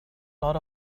lot